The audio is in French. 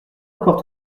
encore